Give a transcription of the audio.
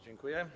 Dziękuję.